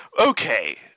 Okay